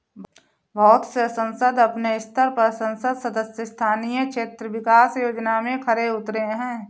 बहुत से संसद अपने स्तर पर संसद सदस्य स्थानीय क्षेत्र विकास योजना में खरे उतरे हैं